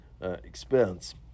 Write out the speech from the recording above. expense